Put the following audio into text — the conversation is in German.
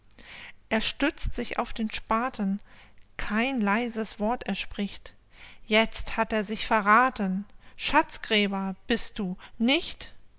er stützt sich auf den spaten kein leises wort er spricht jetzt hat er sich verrathen schatzgräber bist du nicht